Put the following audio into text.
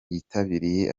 yitabiriye